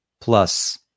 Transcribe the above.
Plus